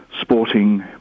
sporting